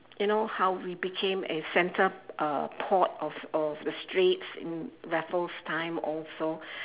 you know how we became a centre uh port of of the straits in raffles time also